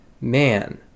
Man